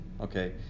okay